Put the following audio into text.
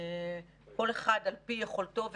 כל אחד על-פי יכולתו וכישוריו,